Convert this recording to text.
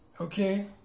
Okay